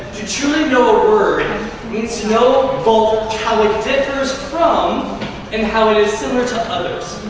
to truly know a word means to know both how it differs from and how it is similar to others.